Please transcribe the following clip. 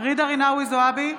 ג'ידא רינאוי זועבי,